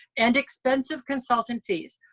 and expensive consultant fees.